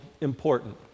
important